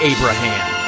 Abraham